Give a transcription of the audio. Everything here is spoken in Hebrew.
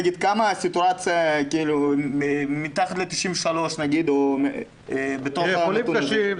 נגיד, סטורציה מתחת ל-93% בתוך הנתון הזה?